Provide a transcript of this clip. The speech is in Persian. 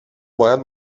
باید